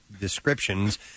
descriptions